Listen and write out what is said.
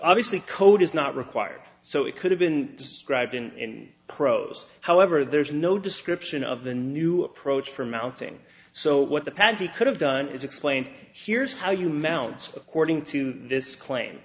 obviously code is not required so it could have been described in prose however there is no description of the new approach for mounting so what the panty could have done is explained here's how you melds according to this claim